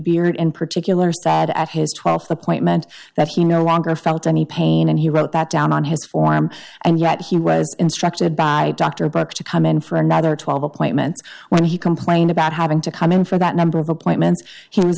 beard in particular sat at his th appointment that he no longer felt any pain and he wrote that down on his form and yet he was instructed by dr burke to come in for another twelve appointments when he complained about having to come in for that number of appointments he was